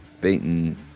beaten